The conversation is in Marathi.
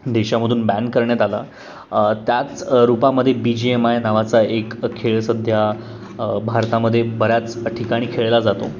देशामधून बॅन करण्यात आला त्याच रूपामध्ये बी जी एम आय नावाचा एक खेळ सध्या भारतामध्ये बऱ्याच ठिकाणी खेळला जातो